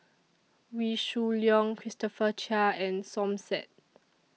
Wee Shoo Leong Christopher Chia and Som Said